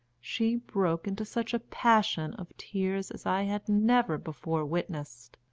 she broke into such a passion of tears as i had never before witnessed,